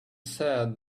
said